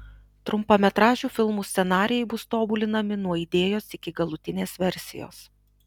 trumpametražių filmų scenarijai bus tobulinami nuo idėjos iki galutinės versijos